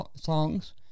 songs